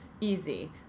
easy